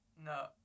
No